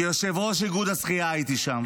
כיושב-ראש איגוד השחייה הייתי שם.